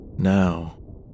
Now